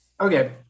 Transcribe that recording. Okay